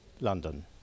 London